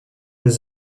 deux